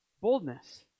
boldness